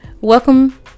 welcome